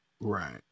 Right